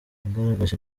yagaragaje